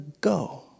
go